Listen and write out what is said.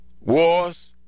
wars